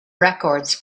records